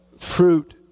fruit